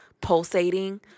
pulsating